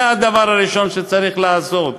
זה הדבר הראשון שצריך לעשות,